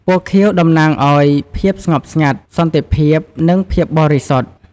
ពណ៌ខៀវ តំណាងឱ្យភាពស្ងប់ស្ងាត់ សន្តិភាព និងភាពបរិសុទ្ធ។